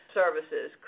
services